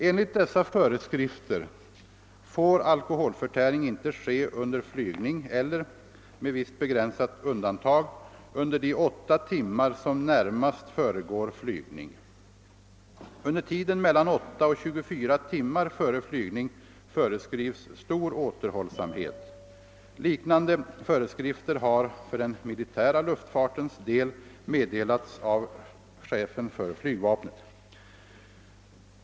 Enligt dessa föreskrifter får alkoholförtäring inte ske under flygning eller, med visst begränsat undantag, under de åtta timmar som närmast föregår flygning. Under tiden mellan åtta och 24 timmar före flygning föreskrivs stor återhållsamhet. Liknande föreskrifter har för den militära luftfartens del meddelats av chefen för flygvapnet.